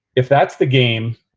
if that's the game,